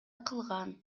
кылган